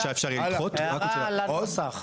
הערה על הנוסח.